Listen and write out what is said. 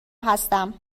هستم